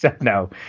No